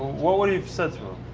what would you have said to